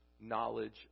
knowledge